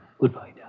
Goodbye